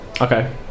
Okay